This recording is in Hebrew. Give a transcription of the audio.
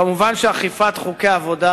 כמובן, אכיפת חוקי עבודה